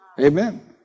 Amen